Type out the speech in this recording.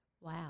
Wow